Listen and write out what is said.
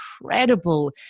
incredible